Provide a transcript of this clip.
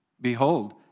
Behold